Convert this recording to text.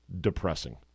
depressing